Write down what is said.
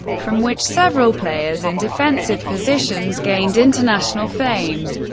from which several players in defensive positions gained international fame.